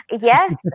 yes